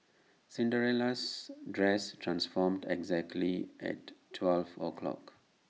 Cinderella's dress transformed exactly at twelve o' clock